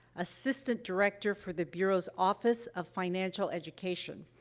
assistant director for the bureau's office of financial education.